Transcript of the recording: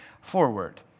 forward